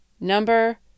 number